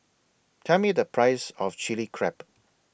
Tell Me The Price of Chilli Crab